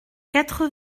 quatre